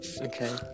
Okay